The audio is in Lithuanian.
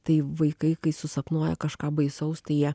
tai vaikai kai susapnuoja kažką baisaus tai jie